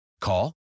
Call